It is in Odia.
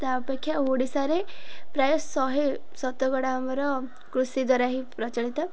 ତା ଅପେକ୍ଷା ଓଡ଼ିଶାରେ ପ୍ରାୟ ଶହେ ଶତକଡ଼ା ଆମର କୃଷି ଦ୍ୱାରା ହିଁ ପ୍ରଚଳିତ